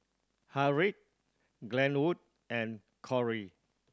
Harriett Glenwood and Corey